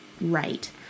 right